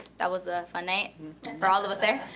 that was a fun night for all of us there.